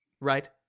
right